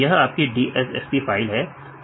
यह आपकी DSSP file है